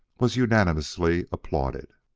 was unanimously applauded.